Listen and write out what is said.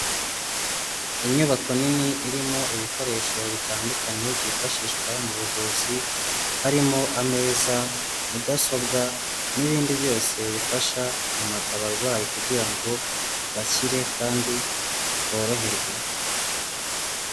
Inyubako nini irimo ibikoresho bitandukanye byifashishwa mu buvuzi harimo ameza, mudasobwa n'ibindi byose bifasha abarwayi kugira ngo bakire kandi boroherwe.